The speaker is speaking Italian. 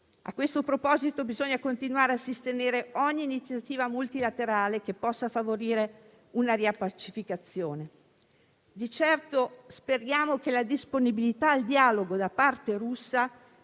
A questo proposito bisogna continuare a sostenere ogni iniziativa multilaterale che possa favorire una riappacificazione. Di certo speriamo che la disponibilità al dialogo da parte russa